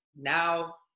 now